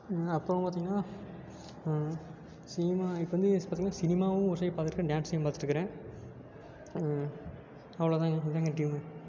அப்புறம் பார்த்தீங்கன்னா சினிமா இப்போ வந்து பார்த்தீங்கன்னா சினிமாவும் ஒரு சைடு பார்த்துட்ருக்கேன் டான்ஸையும் பார்த்துட்டுக்குறேன் அவ்வளோ தாங்க இதுதாங்க என் ட்ரீமு